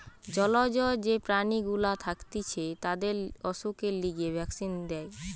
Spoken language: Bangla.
জলজ যে সব প্রাণী গুলা থাকতিছে তাদের অসুখের লিগে ভ্যাক্সিন দেয়